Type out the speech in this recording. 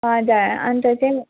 हजुर अन्त चाहिँ